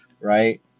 right